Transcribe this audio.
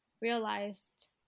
realized